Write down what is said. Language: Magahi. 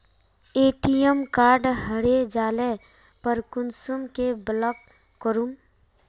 ए.टी.एम कार्ड हरे जाले पर कुंसम के ब्लॉक करूम?